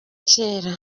kera